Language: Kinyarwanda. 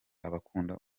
abakunda